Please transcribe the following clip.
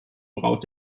braut